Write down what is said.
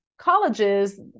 Colleges